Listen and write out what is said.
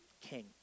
King